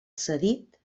cedit